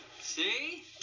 see